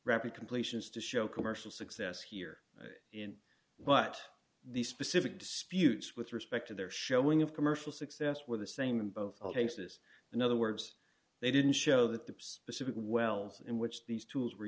for rapid completions to show commercial success here but these specific disputes with respect to their showing of commercial success where the same in both cases in other words they didn't show that the specific wells in which these tools were